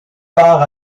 part